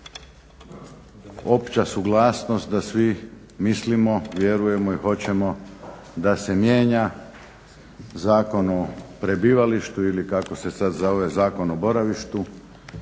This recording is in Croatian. opća suglasnost da svi mislimo, vjerujemo i hoćemo da se mijenja Zakon o prebivalištu ili kako se sad zove Zakon o boravištu